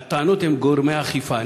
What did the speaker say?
הטענות הן לגורמי האכיפה.